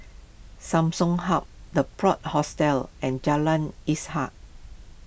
Samsung Hub the Plot Hostels and Jalan Ishak